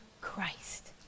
Christ